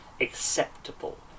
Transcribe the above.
acceptable